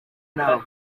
nawe